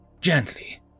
gently